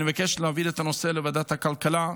אני מבקש להעביר את הנושא לוועדת הכלכלה,